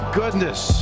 goodness